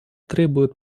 требуют